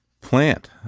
plant